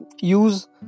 use